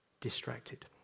distracted